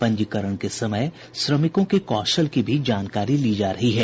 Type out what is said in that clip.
पंजीकरण के समय श्रमिकों के कौशल की भी जानकारी ली जा रही है